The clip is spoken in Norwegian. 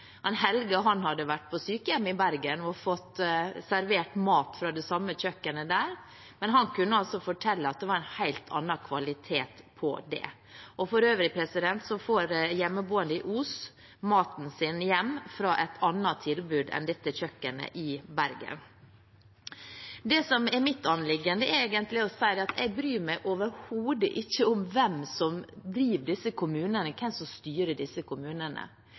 Helge hadde vært på sykehjem i Bergen og fått servert mat fra det samme kjøkkenet der, men han kunne fortelle at det var en helt annen kvalitet på den. For øvrig får hjemmeboende i Os maten sin hjem fra et annet tilbud enn dette kjøkkenet i Bergen. Det som er mitt anliggende, er egentlig å si at jeg bryr meg overhodet ikke om hvem som styrer disse kommunene.